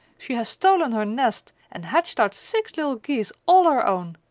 she has stolen her nest and hatched out six little geese all her own!